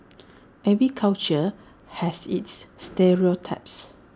every culture has its stereotypes